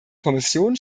kommission